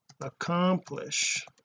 accomplish